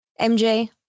MJ